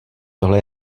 tohle